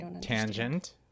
tangent